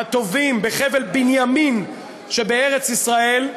הטובים בחבל-בנימין שבארץ-ישראל,